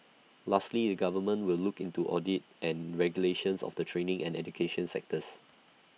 lastly the government will look into audit and regulations of the training and education sectors